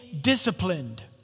disciplined